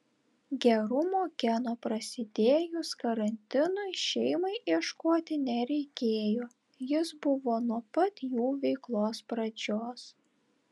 gerumo geno prasidėjus karantinui šeimai ieškoti nereikėjo jis buvo nuo pat jų veiklos pradžios